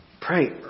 Pray